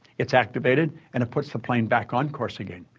it's activated, and it puts the plane back on course again.